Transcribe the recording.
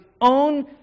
own